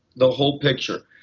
the whole picture.